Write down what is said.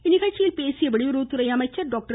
இந்நிகழ்ச்சியில் பேசிய வெளியுறவுத்துறை அமைச்சர் டாக்டர்